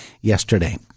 yesterday